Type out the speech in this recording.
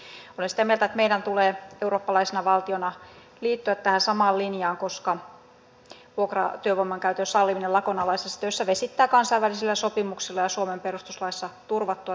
olen sitä mieltä että meidän tulee eurooppalaisena valtiona liittyä tähän samaan linjaan koska vuokratyövoiman käytön salliminen lakonalaisissa töissä vesittää kansainvälisillä sopimuksilla ja suomen perustuslaissa turvattua työtaisteluoikeutta